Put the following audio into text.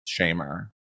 shamer